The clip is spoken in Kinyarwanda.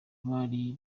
bari